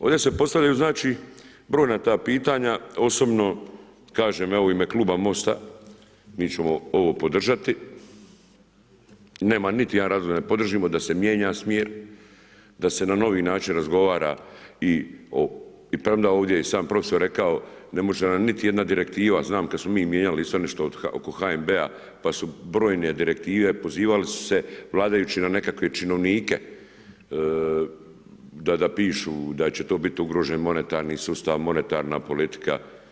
Ovdje se postavljaju brojna ta pitanja, osobno kažem evo u ime kluba MOST-a mi ćemo ovo podržati, nema niti jedan razlog da ne podržimo, da se mijenja smjer, da se na novi način razgovara i premda je ovdje i sam profesor rekao, ne može nam niti jedna direktiva, znam kad smo mi mijenjali isto nešto oko HNB-a pa su brojne direktive, pozivali su se vladajući na nekakve činovnike, da pišu, da će to biti ugrožen monetarni sustav, monetarna politika.